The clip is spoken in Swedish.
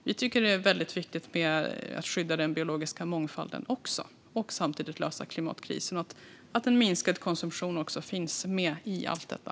Vi tycker att det är viktigt att skydda den biologiska mångfalden och samtidigt lösa klimatkrisen och att minskad konsumtion finns med i allt detta.